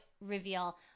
reveal